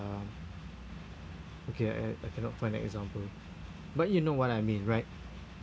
um okay I I cannot find an example but you know what I mean right